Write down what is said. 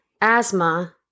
asthma